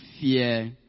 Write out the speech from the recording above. Fear